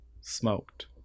smoked